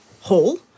Hall